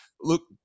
look